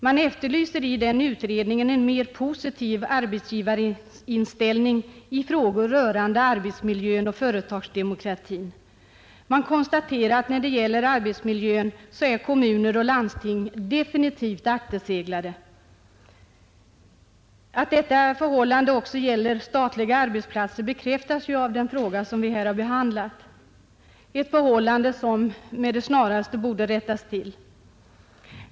Man efterlyser i utredningen en mer positiv arbetsgivarinställning i frågor rörande arbetsmiljö och företagsdemokrati. Man konstaterar att kommuner och landsting när det gäller arbetsmiljön är definitivt akterseglade. Att detta förhållande också gäller staten som arbetsgivare bekräftas ju av det fall som vi nu talar om, ett förhållande som med det snaraste borde rättas till.